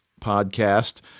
podcast